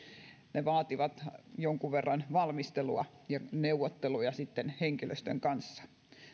ne vaativat jonkun verran valmistelua ja neuvotteluja sitten henkilöstön kanssa